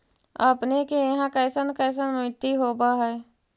अपने के यहाँ कैसन कैसन मिट्टी होब है?